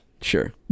Sure